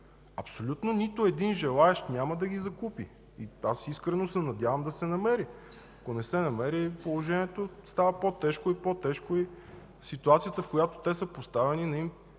Абсолютно нито един желаещ няма да ги закупи. Аз искрено се надявам да се намери. Ако не се намери, положението става по-тежко и по-тежко. Ситуацията, в която те са поставени, не им